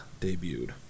debuted